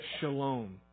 shalom